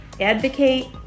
advocate